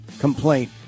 complaint